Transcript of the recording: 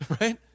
right